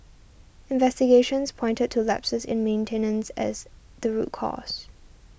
investigations pointed to to lapses in maintenance as the root cause